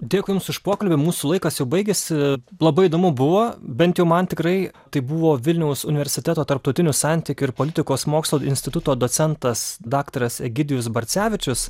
dėkui jums už pokalbį mūsų laikas jau baigiasi labai įdomu buvo bent jau man tikrai tai buvo vilniaus universiteto tarptautinių santykių ir politikos mokslų instituto docentas daktaras egidijus barcevičius